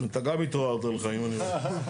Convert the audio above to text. אתה גם התעוררת לחיים אני מבין.